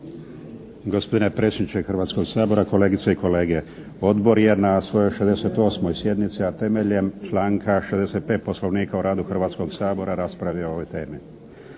Gospodine predsjedniče Hrvatskoga sabora, kolegice i kolege. Odbor je na svojoj 68. sjednici, a temeljem članka 65. Poslovnika o radu Hrvatskog sabora raspravio o ovoj temi.